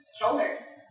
shoulders